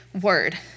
word